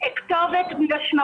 תודה רבה, אדוני יושב